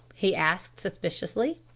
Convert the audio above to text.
he asked suspiciously,